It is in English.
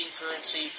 currency